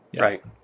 right